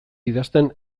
idazten